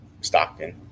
Stockton